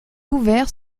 ouvert